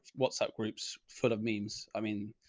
whatsapp groups full of memes? i mean,